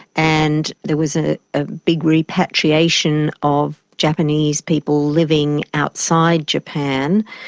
and there was a ah big repatriation of japanese people living outside japan.